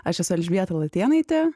aš esu elžbieta latėnaitė